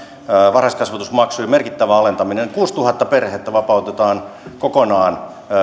varhaiskasvatusmaksujen merkittävä alentaminen kuusituhatta perhettä vapautetaan kokonaan